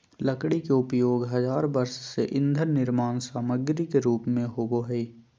लकड़ी के उपयोग हजार वर्ष से ईंधन निर्माण सामग्री के रूप में होबो हइ